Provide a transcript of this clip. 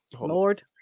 Lord